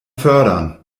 fördern